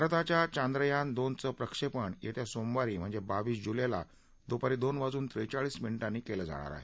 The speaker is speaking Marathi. भारताच्या चांद्रयान दोनचं प्रक्षेपण येत्या सोमवारी म्हणजे बावीस जुलैला दुपारी दोन वाजून त्रेचाळीस मिनिटांनी केलं जाणार आहे